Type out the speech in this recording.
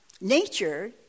nature